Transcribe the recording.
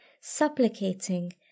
supplicating